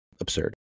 absurd